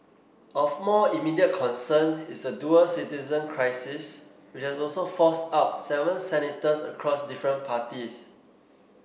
of more immediate concern is the dual citizen crisis which has also forced out seven senators across different parties